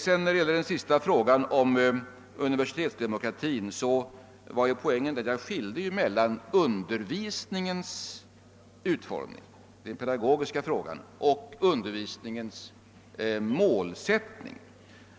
Beträffande frågan om universitetsdemokratin var poängen den att jag skilde mellan undervisningens utformning — den pedagogiska frågan — och undervisningens målsättning.